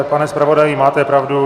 Pane zpravodaji, máte pravdu.